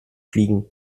fliegen